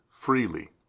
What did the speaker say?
freely